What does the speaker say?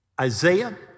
Isaiah